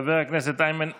חבר הכנסת איימן עודה,